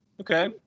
Okay